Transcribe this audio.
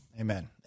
Amen